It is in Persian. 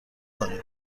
کنیم